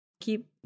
Keep